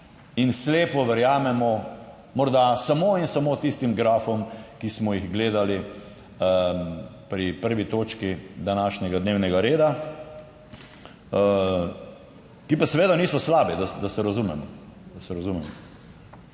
in slepo verjamemo morda samo in samo tistim grafom, ki smo jih gledali pri 1. točki današnjega dnevnega reda, ki pa seveda niso slabi, da se razumemo.